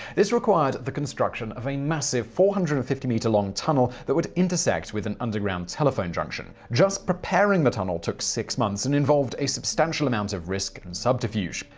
this required the construction of a massive four hundred and fifty meter long tunnel that would intersect with an underground telephone junction. just preparing the tunnel took six months, and involved a substantial amount of risk and subterfuge.